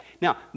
Now